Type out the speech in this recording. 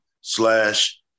slash